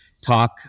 talk